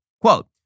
Quote